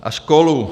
A školu.